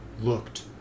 looked